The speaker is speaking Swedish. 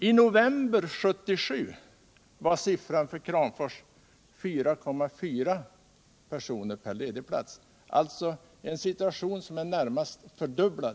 I november 1977 var siffran för Kramfors 4,4 personer per ledig plats. Det är nästan en fördubbling.